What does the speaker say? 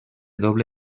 doble